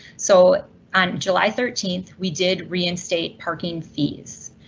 so on july thirteen, we did reinstate parking fees.